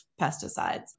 pesticides